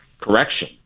correction